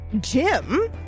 Jim